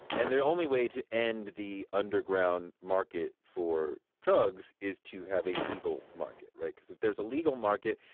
and their only way to end the underground market for drugs is to have a legal market rate, because if there's a legal market,